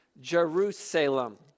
Jerusalem